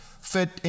fit